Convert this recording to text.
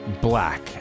black